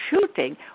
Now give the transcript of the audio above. shooting